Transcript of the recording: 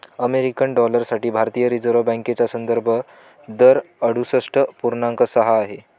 American dollar साठी भारतीय reserve बँकेचा संदर्भ दर अडुसष्ठ पूर्णांक सहा आहे